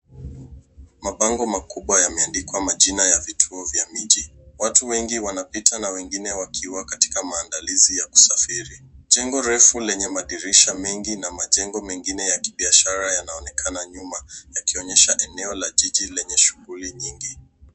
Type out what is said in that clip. Mabango makubwa yameandikwa majina ya vituo vya miji. Watu wengi wanapita na wengine wakiwa katika maandalizi ya kusafiri. Jengo refu lenye madirisha mengi na majengo mengine ya kibiashara yanaonekana nyuma yakionyesha enoa la jiji lenye shughuli nyingi.